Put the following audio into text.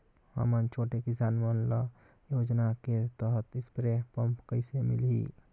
हमन छोटे किसान मन ल योजना के तहत स्प्रे पम्प कइसे मिलही?